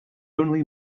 only